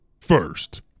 First